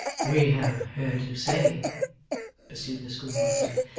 we have heard you say pursued the schoolmaster,